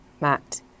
Matt